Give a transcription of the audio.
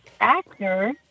actor